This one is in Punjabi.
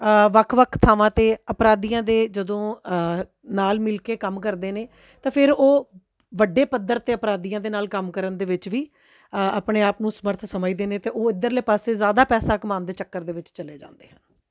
ਵੱਖ ਵੱਖ ਥਾਵਾਂ 'ਤੇ ਅਪਰਾਧੀਆਂ ਦੇ ਜਦੋਂ ਨਾਲ ਮਿਲ ਕੇ ਕੰਮ ਕਰਦੇ ਨੇ ਤਾਂ ਫਿਰ ਉਹ ਵੱਡੇ ਪੱਧਰ 'ਤੇ ਅਪਰਾਧੀਆਂ ਦੇ ਨਾਲ ਕੰਮ ਕਰਨ ਦੇ ਵਿੱਚ ਵੀ ਆਪਣੇ ਆਪ ਨੂੰ ਸਮਰਥ ਸਮਝਦੇ ਨੇ ਅਤੇ ਉਹ ਇੱਧਰਲੇ ਪਾਸੇ ਜ਼ਿਆਦਾ ਪੈਸਾ ਕਮਾਉਣ ਦੇ ਚੱਕਰ ਦੇ ਵਿੱਚ ਚਲੇ ਜਾਂਦੇ ਹਨ